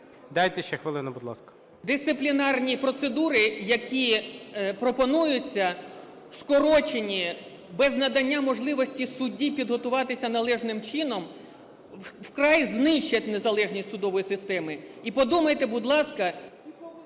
Дайте ще хвилину, будь ласка. ДАНІШЕВСЬКА В.І. Дисциплінарні процедури, які пропонуються, скорочені, без надання можливості судді підготуватися належним чином, вкрай знищать незалежність судової системи. І подумайте, будь ласка…